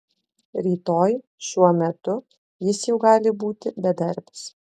rytoj šiuo metu jis jau gali būti bedarbis